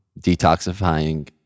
detoxifying